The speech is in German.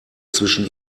zwischen